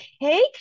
cake